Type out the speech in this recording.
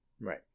right